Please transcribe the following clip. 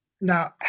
Now